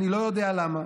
אני לא יודע למה,